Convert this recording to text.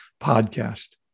podcast